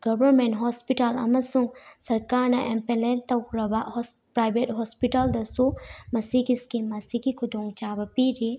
government hospital ꯑꯃꯁꯨꯡ ꯁꯔꯀꯥꯔꯅ affiliate ꯇꯧꯈ꯭ꯔꯕ ꯄ꯭ꯔꯥꯏꯚꯦꯠ ꯍꯣꯁꯄꯤꯇꯥꯜꯗꯁꯨ ꯃꯁꯤꯒꯤ ꯁ꯭ꯀꯤꯝ ꯑꯁꯤꯒꯤ ꯈꯨꯗꯣꯡꯆꯥꯕ ꯄꯤꯔꯤ